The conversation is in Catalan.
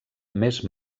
més